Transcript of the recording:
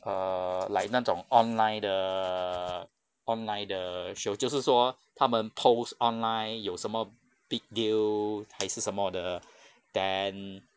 err like 那种 online 的 online 的 show 就是说他们 post online 有什么 big deal 还是什么的 then